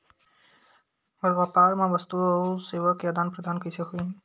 व्यापार मा वस्तुओ अउ सेवा के आदान प्रदान कइसे होही?